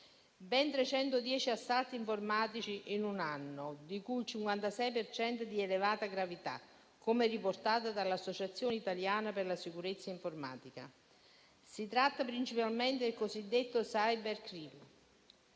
110 assalti informatici in un anno, di cui il 56 per cento di elevata gravità, come riportato dall'Associazione italiana per la sicurezza informatica. Si tratta principalmente del cosiddetto cybercrimine,